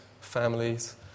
families